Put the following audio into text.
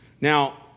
Now